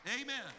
Amen